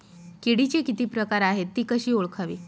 किडीचे किती प्रकार आहेत? ति कशी ओळखावी?